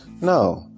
No